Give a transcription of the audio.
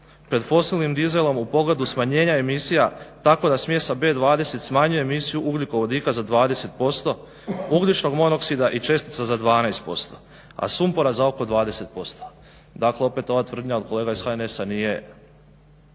pred fosilnim dizelom u pogledu smanjenja emisija tako da smjesa B20 smanjuje emisiju ugljikovodika za 20%, ugljičnog monoksida i čestica za 12%, a sumpora za oko 20%. Dakle, opet ova tvrdnja od kolega iz HNS-a nije